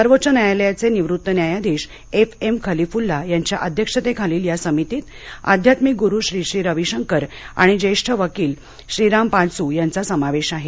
सर्वोच्च न्यायालयाचे निवृत्त न्यायाधीश एफ एम खलीफुल्ला यांच्या अध्यक्षतेखालील या समितीत आध्यात्मिक गुरु श्री श्री रविशंकर आणि ज्येष्ठ वकील श्रीराम पांचू यांचा समावेश आहे